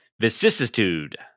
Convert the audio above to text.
vicissitude